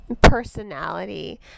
personality